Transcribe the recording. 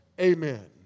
Amen